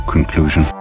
conclusion